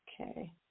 Okay